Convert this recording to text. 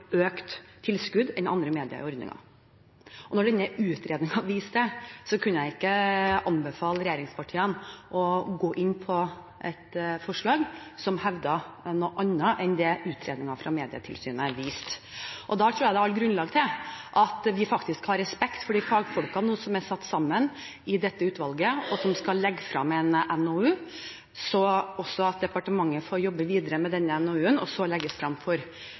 økt tilskudd enn andre medier i ordningen. Når denne utredningen viste det, kunne jeg ikke anbefale regjeringspartiene å gå inn på et forslag som hevdet noe annet enn det utredningen fra Medietilsynet viste. Jeg tror det er grunn til faktisk nå å ha respekt for de fagfolkene som er satt sammen i dette utvalget, og som skal legge frem en NOU, og at departementet får jobbe videre med denne NOU-en, og så legges det frem for